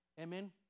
Amen